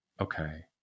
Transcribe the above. Okay